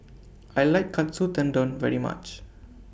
I like Katsu Tendon very much